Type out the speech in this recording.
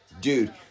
Dude